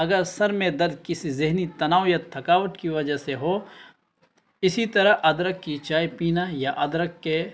اگر سر میں درد کسی ذہنی تناؤ تھکاوٹ کی وجہ سے ہو اسی طرح ادرک کی چائے پینا یا ادرک کے